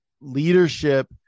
leadership